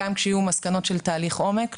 גם כשיהיו מסקנות של תהליך עומק,